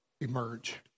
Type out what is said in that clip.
emerge